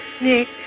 Nick